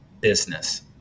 business